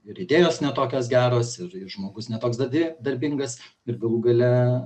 ir idėjos ne tokios geros ir ir žmogus ne toks dardi darbingas ir galų gale